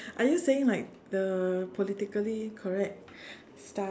are you saying like the politically correct stuff